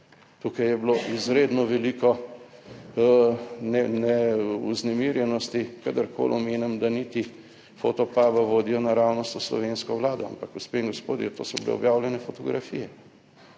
Tukaj je bilo izredno veliko vznemirjenosti, kadarkoli omenim, da niti Fotopuba vodijo naravnost v slovensko vlado. Ampak gospe in gospodje, to so bile objavljene fotografije.